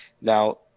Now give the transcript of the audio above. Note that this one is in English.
Now